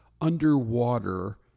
underwater